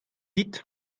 dit